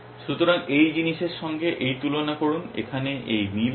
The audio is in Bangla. সুতরাং এই জিনিসের সঙ্গে এই তুলনা করুন এখানে এই মিল আছে